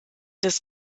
des